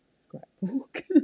scrapbook